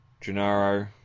Gennaro